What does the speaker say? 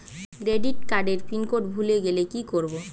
Credit কার্ডের pin code ভুলে গেলে কি করব?